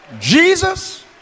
Jesus